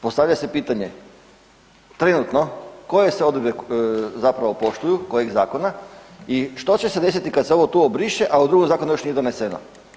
Postavlja se pitanje trenutno koje se odredbe zapravo poštuju, kojeg zakona i što će se desiti kad se ovo tu obriše, a u drugom zakonu još nije doneseno.